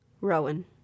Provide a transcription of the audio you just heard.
Rowan